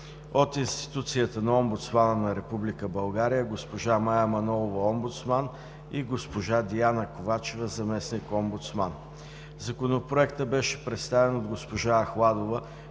от институцията на Омбудсмана на Република България: госпожа Мая Манолова – омбудсман, и госпожа Диана Ковачева – заместник-омбудсман. Законопроектът беше представен от госпожа Ахладова,